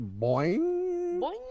Boing